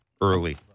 early